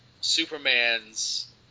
Superman's